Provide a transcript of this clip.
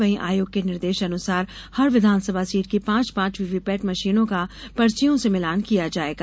वहीं आयोग के निर्देश अनुसार हर विधानसभा सीट की पांच पांच वीवीपैट मशीनों का पर्चियों से मिलान किया जाएगा